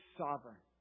sovereign